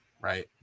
Right